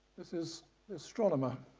this is the astronomer.